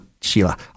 Sheila